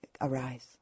arise